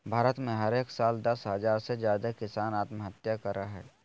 भारत में हरेक साल दस हज़ार से ज्यादे किसान आत्महत्या करय हय